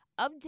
Update